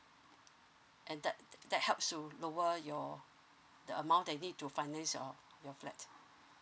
and that that helps to lower your the amount that need to finance your your flat